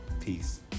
peace